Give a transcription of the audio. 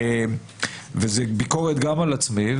זו ביקורת גם על עצמי,